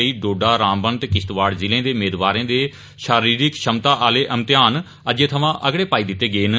इस प्राप्त कर रामबन ते किस्तवाड़ जिले दे मेदवारे दे शारीरिक क्षमता आह्ले म्तेहान अज्जै थूमा अगड़े पाई दित्ते गे न